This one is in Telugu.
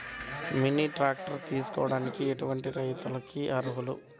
మినీ ట్రాక్టర్ తీసుకోవడానికి ఎటువంటి రైతులకి అర్హులు?